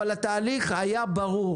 אבל התהליך היה ברור